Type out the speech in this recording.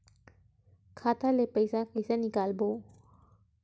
खाता ले पईसा कइसे निकालबो?